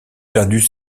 perdu